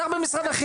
השר במשרד החינוך,